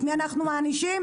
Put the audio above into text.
את מי אנחנו מענישים?